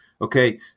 okay